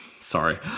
Sorry